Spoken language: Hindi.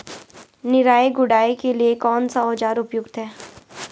निराई गुड़ाई के लिए कौन सा औज़ार उपयुक्त है?